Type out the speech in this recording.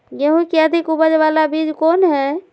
गेंहू की अधिक उपज बाला बीज कौन हैं?